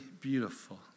beautiful